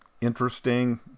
interesting